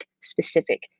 specific